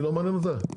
זה לא מעניין אותה?